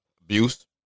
Abuse